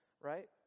right